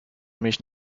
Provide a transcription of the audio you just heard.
mich